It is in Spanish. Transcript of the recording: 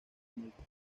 multa